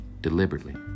deliberately